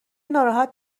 ناراحت